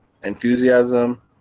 Enthusiasm